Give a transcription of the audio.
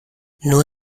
nur